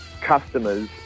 customers